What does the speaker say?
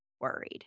worried